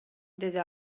деди